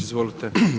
Izvolite.